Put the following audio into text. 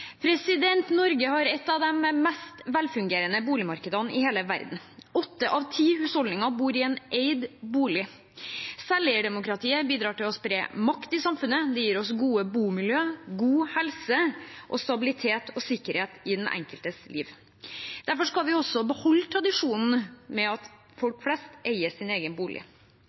forslag. Norge har et av de mest velfungerende boligmarkedene i hele verden. Åtte av ti husholdninger bor i en eid bolig. Selveierdemokratiet bidrar til å spre makt i samfunnet, det gir oss gode bomiljø, god helse og stabilitet og sikkerhet i den enkeltes liv. Derfor skal vi også beholde tradisjonen med at folk flest eier sin egen bolig.